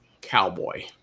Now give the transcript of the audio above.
Cowboy